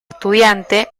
estudiante